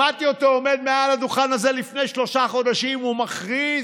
שמעתי אותו עומד מעל הדוכן הזה לפני שלושה חודשים ומכריז